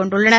கொண்டுள்ளன